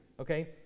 okay